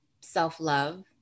self-love